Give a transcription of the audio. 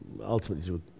ultimately